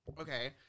Okay